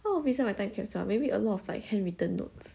what will beside my time capsule maybe a lot of like handwritten notes